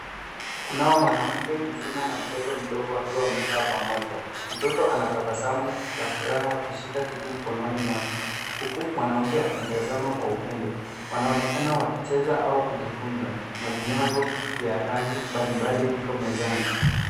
Kunao mwanamke mzima na mtoto mdogo wakiwa wamekaa pamoja. Mtoto anatabasamu la furaha akishika kitu mkononi mwake, huku mwanamke akimtazama kwa upendo. Wanaonekana wakicheza au kujifunza, na vinyago vya rangi mbalimbali viko mezani.